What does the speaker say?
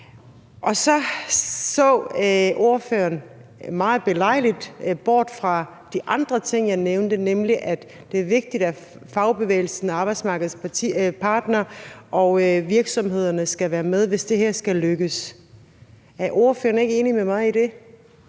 Og så så ordføreren meget belejligt bort fra de andre ting, jeg nævnte, nemlig at det er vigtigt, at fagbevægelsen, arbejdsmarkedets parter og virksomhederne skal være med, hvis det her skal lykkes. Er ordføreren ikke enig med mig i det?